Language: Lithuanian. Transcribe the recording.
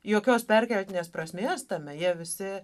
jokios perkeltinės prasmės tame jie visi